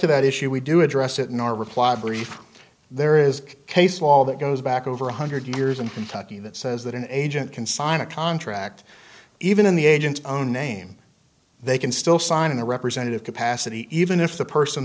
to that issue we do address it in our reply brief there is case law that goes back over one hundred years and kentucky that says that an agent can sign a contract even in the agent's own name they can still sign in a representative capacity even if the person